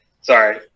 Sorry